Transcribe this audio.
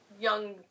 young